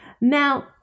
Now